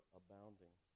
abounding